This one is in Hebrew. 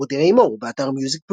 רודי ריי מור, באתר MusicBrainz